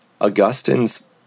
Augustine's